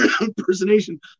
impersonation